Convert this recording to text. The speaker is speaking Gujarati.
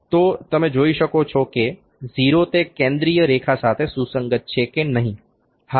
તો તમે જોઈ શકો છો કે 0 તે કેન્દ્રીય રેખા સાથે સુસંગત છે કે નહીં